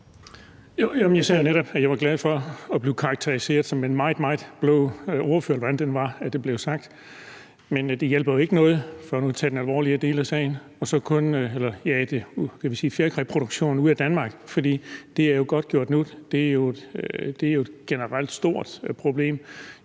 Jeg sagde netop, at jeg er glad for at blive karakteriseret som en meget, meget blå ordfører, hvordan det nu blev sagt, men det hjælper ikke noget, for nu at tage den alvorlige del af sagen, at jage fjerkræproduktionen ud af Danmark, for det er jo nu godtgjort, at det er et generelt stort problem